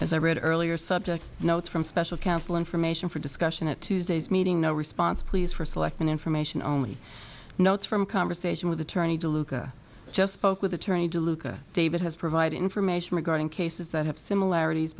as i read earlier subject notes from special counsel information for discussion at tuesday's meeting no response pleas for selecting information only notes from conversation with attorney deluca just spoke with attorney deluca david has provided information regarding cases that have similarities